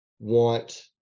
Want